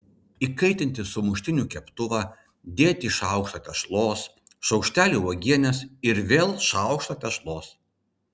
įkaitinti sumuštinių keptuvą dėti šaukštą tešlos šaukštelį uogienės ir vėl šaukštą tešlos